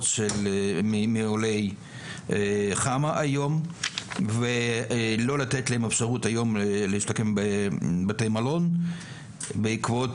מעולי חמ"ע ולא לתת להם היום אפשרות להשתכן בבתי מלון בעקבות